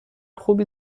خوبی